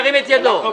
ירים את ידו.